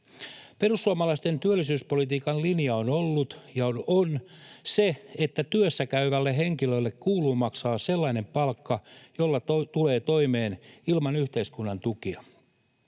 Perussuomalaisten työllisyyspolitiikan linja on ollut ja on se, että työssäkäyvälle henkilölle kuuluu maksaa sellainen palkka, jolla tulee toimeen ilman yhteiskunnan tukia.